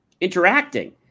interacting